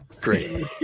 great